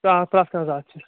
آ پرٛٮ۪تھ کانٛہہ ذات چھِ